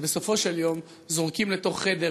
שבסופו של יום זורקים לתוך חדר,